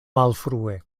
malfrue